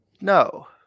no